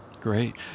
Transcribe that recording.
Great